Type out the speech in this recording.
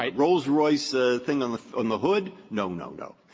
um rolls royce ah thing on the on the hood? no, no, no.